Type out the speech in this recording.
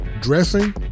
dressing